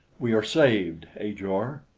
we are saved, ajor!